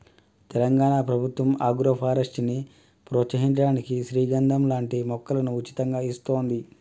తెలంగాణ ప్రభుత్వం ఆగ్రోఫారెస్ట్ ని ప్రోత్సహించడానికి శ్రీగంధం లాంటి మొక్కలను ఉచితంగా ఇస్తోంది